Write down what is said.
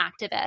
activist